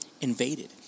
invaded